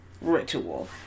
Ritual